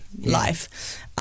life